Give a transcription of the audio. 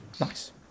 Nice